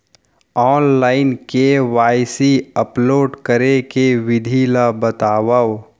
Online KYC upload करे के विधि ला बतावव?